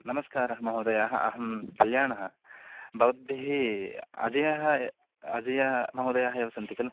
नमस्कारः महोदयाः अहं कल्याणः भवद्भिः अजयः अजय महोदयः एव सन्ति खलु